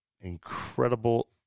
incredible